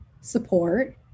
support